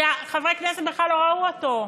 כשחברי כנסת בכלל לא ראו אותו.